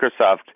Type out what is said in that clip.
Microsoft